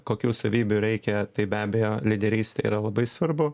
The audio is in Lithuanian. kokių savybių reikia tai be abejo lyderystė yra labai svarbu